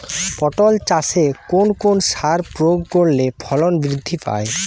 পটল চাষে কোন কোন সার প্রয়োগ করলে ফলন বৃদ্ধি পায়?